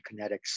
kinetics